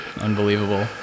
unbelievable